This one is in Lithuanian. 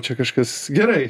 čia kažkas gerai